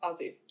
Aussies